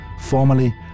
formerly